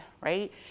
right